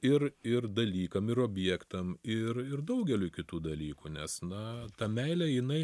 ir ir dalykam ir objektam ir ir daugeliui kitų dalykų nes na tą meilę jinai